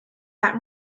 that